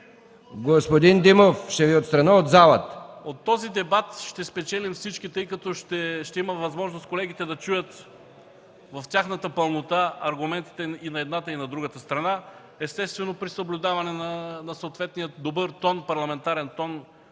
Господин Димов, ще Ви отстраня от залата! ЧЕТИН КАЗАК: Аз мисля, че от този дебат ще спечелим всички, тъй като ще има възможност колегите да чуят в тяхната пълнота аргументите и на едната, и на другата страна, естествено при съблюдаване на съответния добър парламентарен тон,